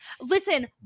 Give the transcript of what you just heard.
listen